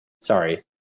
sorry